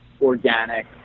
organic